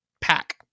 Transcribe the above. pack